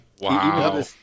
Wow